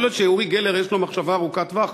יכול להיות שאורי גלר, יש לו מחשבה ארוכת טווח.